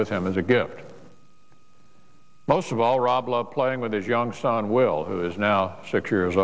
with him as a gift most of all rob loved playing with his young son will who is now six years